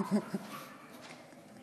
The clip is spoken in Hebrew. ז'ה איבושו עמה.